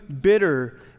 bitter